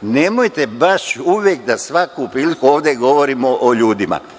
nemojte baš uvek da svaku priliku koristite, ovde govorimo o ljudima.